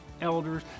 elders